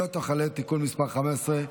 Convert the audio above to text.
זכויות החולה (תיקון מס' 15),